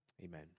Amen